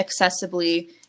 accessibly